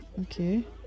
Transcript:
Okay